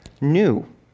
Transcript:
new